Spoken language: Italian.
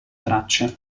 tracce